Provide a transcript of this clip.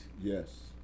Yes